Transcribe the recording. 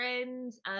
friends